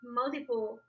multiple